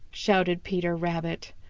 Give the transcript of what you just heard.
shouted peter rabbit.